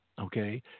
okay